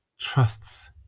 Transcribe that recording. trusts